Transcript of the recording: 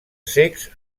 cecs